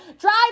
drive